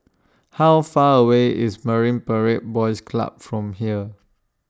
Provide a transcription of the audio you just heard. How Far away IS Marine Parade Boys Club from here